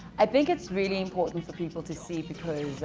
i think it's really important for people to see because